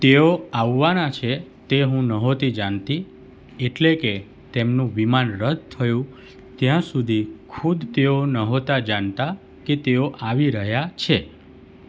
તેઓ આવવાના છે તે હું નહોતી જાણતી એટલે કે તેમનું વિમાન રદ થયું ત્યાં સુધી ખુદ તેઓ નહોતાં જાણતાં કે તેઓ આવી રહ્યા છે